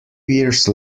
years